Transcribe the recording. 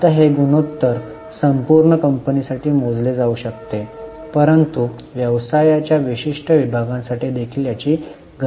आता हे गुणोत्तर संपूर्ण कंपनी साठी मोजले जाऊ शकते परंतु व्यवसायाच्या विशिष्ट विभागांसाठी देखील याची गणना केली जाऊ शकते